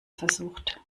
versucht